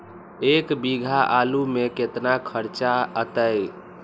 एक बीघा आलू में केतना खर्चा अतै?